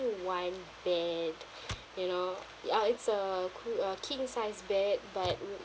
one bed you know ya it's a que~ a king size bed but